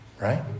right